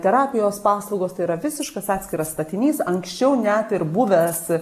terapijos paslaugos tai yra visiškas atskiras statinys anksčiau net ir buvęs